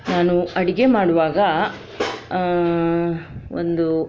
ನಾನು ಅಡಿಗೆ ಮಾಡುವಾಗ ಒಂದು